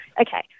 Okay